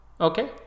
Okay